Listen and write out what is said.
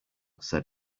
said